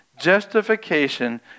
Justification